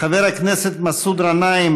חבר הכנסת מסעוד גנאים,